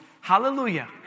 hallelujah